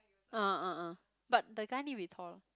ah ah ah but the guy need to be tall lor